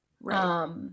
Right